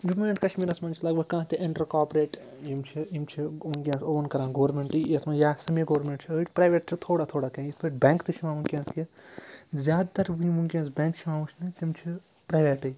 Jammu and کَشمیٖرَس منٛز چھِ لگ بھَگ کانٛہہ تہِ اِنٹَر کاپریٹ یِم چھِ یِم چھِ وُنکیٚس اوٗن کَران گورمیٚنٛٹٕے یَتھ منٛز یا سیٚمہِ گورمیٚنٛٹ چھِ أڑۍ پرٛیویٹ چھِ تھوڑا تھوڑا کیٚنٛہہ یِتھ پٲٹھۍ بیٚنٛک تہِ چھِ یِوان وُنکیٚس کہِ زیادٕ تَر وُنکیٚنس بیٚنٛک چھِ یِوان وُچھنہٕ تِم چھِ پرٛیویٹٕے